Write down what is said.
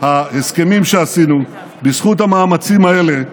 ההסכמים שעשינו, בזכות המאמצים האלה,